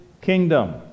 kingdom